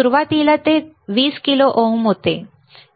सुरुवातीला ते 20 kilo ohm होते